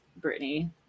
Britney